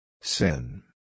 Sin